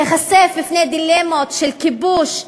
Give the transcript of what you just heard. להיחשף בפני דילמות של כיבוש,